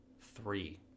Three